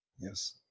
Yes